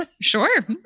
Sure